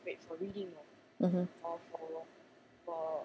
mmhmm